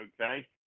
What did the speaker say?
okay